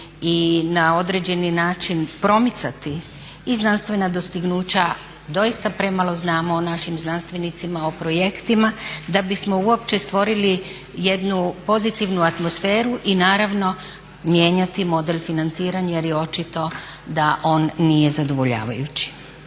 i na određeni način promicati i znanstvena dostignuća. Doista premalo znamo o našim znanstvenicima, o projektima, da bismo uopće stvorili jednu pozitivnu atmosferu i naravno mijenjati model financiranja jer je očito da on nije zadovoljavajući.